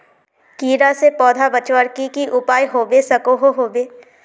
कीड़ा से पौधा बचवार की की उपाय होबे सकोहो होबे?